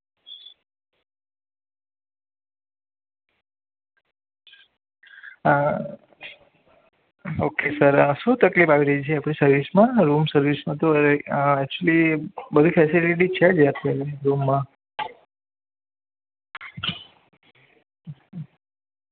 okay sir શું તકલીફ આવી રહી છે આપની સર્વિસમાં રૂમ સર્વિસમાં તો એકચ્યુલી બધી ફેસીલીટી છે જ અત્યારે રૂમમાં